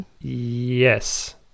Yes